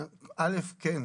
כן.